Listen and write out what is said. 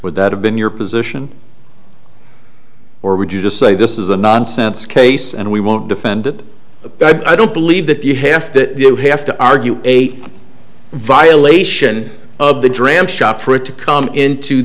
would that have been your position or would you just say this is a nonsense case and we won't defend it but i don't believe that you have to have to argue a violation of the dram shop for it to come into